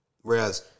Whereas